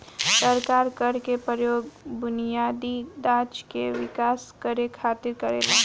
सरकार कर के प्रयोग बुनियादी ढांचा के विकास करे खातिर करेला